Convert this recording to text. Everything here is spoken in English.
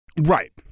Right